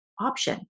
option